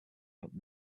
but